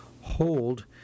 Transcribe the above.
Hold